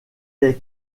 est